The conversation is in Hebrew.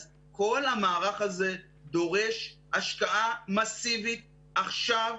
אז כל המערך הזה דורש השקעה מסיבית, עכשיו,